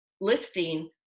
listing